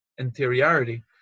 interiority